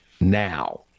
now